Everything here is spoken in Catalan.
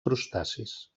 crustacis